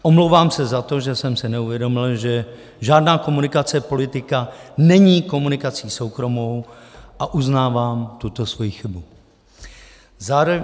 Omlouvám se za to, že jsem si neuvědomil, že žádná komunikace politika není komunikací soukromou, a uznávám tuto svoji chybu.